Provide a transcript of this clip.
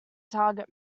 target